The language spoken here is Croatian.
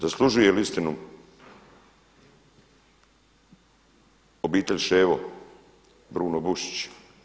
Zaslužuje li istinu obitelj Ševo, Bruno Bušić.